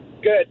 good